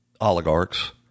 oligarchs